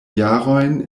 jarojn